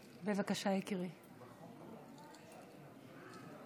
ההצבעה: 64 חברי כנסת הצביעו בעד,